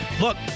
look